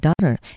daughter